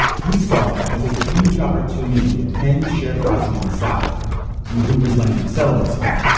he saw it as a huge opportunity to end sharecropping in the south through hoover's land resettlement scheme.